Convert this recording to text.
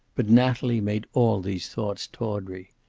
but natalie made all these thoughts tawdry.